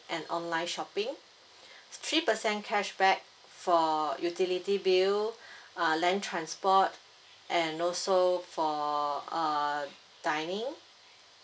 and online shopping three percent cashback for utility bill err land transport and also for err dining